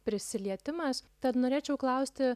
prisilietimas tad norėčiau klausti